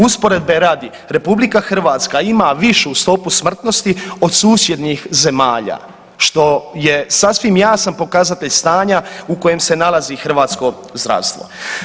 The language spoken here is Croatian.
Usporedbe radi RH ima višu stopu smrtnosti od susjednih zemalja što je sasvim jasan pokazatelj stanja u kojem se nalazi hrvatsko zdravstvo.